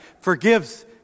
forgives